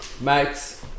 Max